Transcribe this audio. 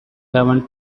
haven’t